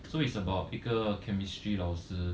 so it's about 一个 chemistry 老师